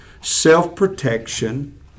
self-protection